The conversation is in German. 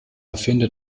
erfinder